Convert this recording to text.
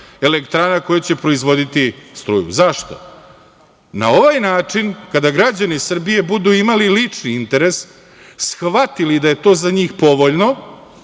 elektrana koje će proizvoditi struju. Zašto? na ovaj način, kada građani Srbije budu imali lični interes, shvatili da je to za njih povoljno,